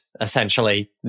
essentially